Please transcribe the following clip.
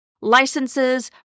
Licenses